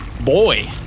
Boy